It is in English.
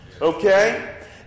Okay